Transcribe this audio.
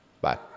Bye